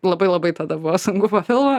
labai labai tada buvo sunku po filmo